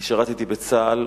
אני שירתתי בצה"ל,